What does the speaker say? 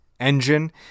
engine